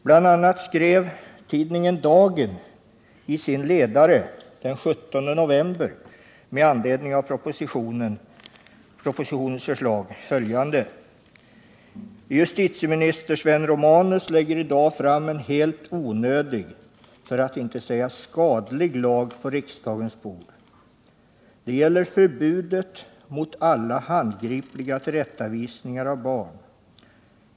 Bl.a. skrev tidningen Dagen i sin ledare den 17 november med anledning av propositionsförslaget: ”Justitieminister Sven Romanus lägger i dag fram en helt onödig för att inte säga skadlig lag på riksdagens bord. Det gäller förbudet mot alla handgripliga tillrättavisningar av barn.